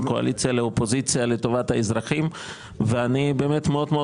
קואליציה לאופוזיציה לטובת האזרחים ואני באמת מאוד מאוד